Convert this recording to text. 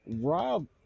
Rob